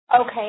Okay